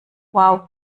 wow